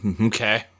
Okay